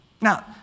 Now